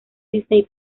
disney